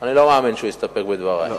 אני לא מאמין שהוא יסתפק בדברי.